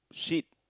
shit